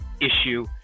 issue